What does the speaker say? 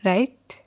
Right